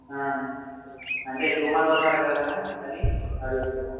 అంటే ఎక్కువ మంది ఉన్నారు కదా అని అడుగుతున్నాను